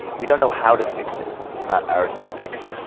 we don't know how to fix it. it's not ours to fix.